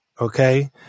okay